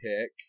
pick